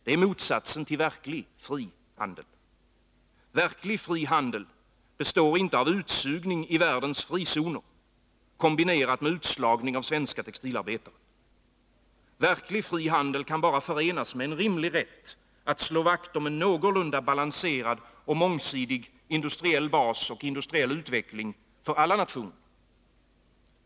Det är motsatsen till verklig, fri handel. Verklig fri handel består inte av utsugning i världens frizoner kombinerat med utslagning av svenska textilarbetare. Verklig fri handel kan bara förenas med en rimlig rätt att slå vakt om en någorlunda balanserad och mångsidig industriell bas och industriell utveckling för alla nationer.